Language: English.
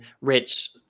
Rich